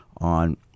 on